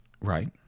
Right